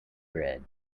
bread